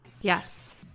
Yes